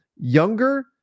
younger